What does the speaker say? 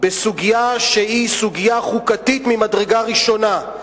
בסוגיה שהיא סוגיה חוקתית ממדרגה ראשונה,